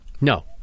No